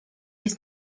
jest